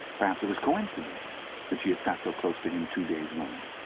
perhaps it was coincidence that she had sat so close to him two days running.